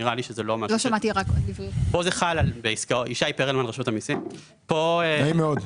בניגוד למקרים אחרים שבאמת אתה יכול ליצור בעיה,